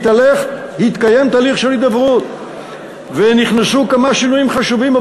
התקיים תהליך של הידברות ונכנסו כמה שינויים חשובים.